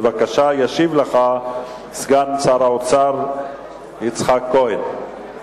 ישיב לך סגן שר האוצר יצחק כהן.